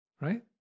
right